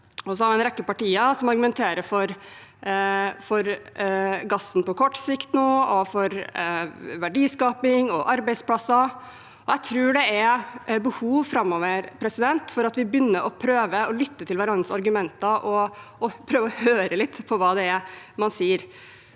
Så er det en rekke partier som argumenterer for gass på kort sikt, for verdiskaping og arbeidsplasser. Jeg tror det er behov framover for at vi begynner å prøve å lytte til hverandres argumenter og å prøve å høre litt på hva det er man sier.